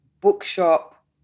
bookshop